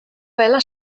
vela